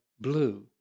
blue